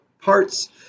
parts